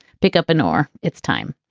pick up inor it's time.